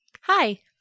Hi